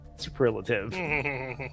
superlative